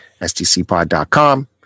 stcpod.com